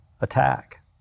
attack